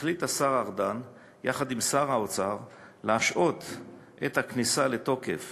החליט השר ארדן יחד עם שר האוצר להשהות את הכניסה לתוקף